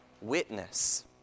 witness